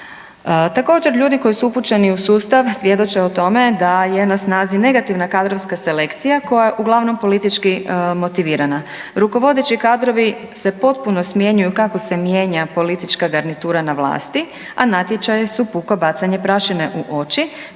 Također ljudi koji su upućeni u sustav svjedoče o tome da je na snazi negativna kadrovska selekcija koja je uglavnom politički motivirana. Rukovodeći kadrovi se potpuno smjenjuju kako se mijenja politička garnitura na vlasti, a natječaje su puko bacanje prašine u oči,